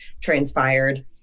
transpired